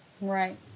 Right